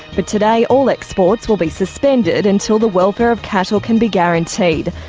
but today all exports will be suspended until the welfare of cattle can be guaranteed.